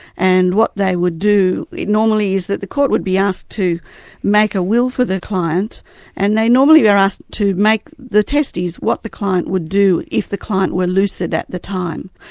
and what they would do normally is that the court would be asked to make a will for the client and they normally are asked to make the test is, what the client would do if the client were lucid at the time.